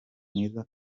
mwiza